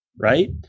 right